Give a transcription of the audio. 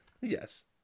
yes